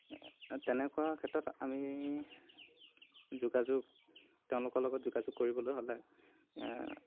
তেনেকুৱা ক্ষেত্ৰত আমি যোগাযোগ তেওঁলোকৰ লগত যোগাযোগ কৰিবলৈ হ'লে